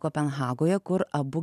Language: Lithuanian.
kopenhagoje kur abu